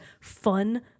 fun